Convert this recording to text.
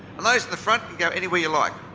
and those in the front can go anywhere you like.